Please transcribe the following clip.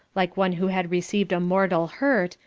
like one who had received a mortal hurt,